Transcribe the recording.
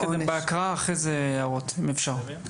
בואו נתקדם בהקראה ואחרי זה הערות, אם אפשר.